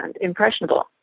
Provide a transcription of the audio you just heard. impressionable